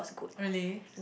really